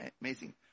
amazing